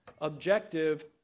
Objective